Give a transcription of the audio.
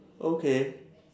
okay